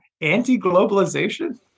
anti-globalization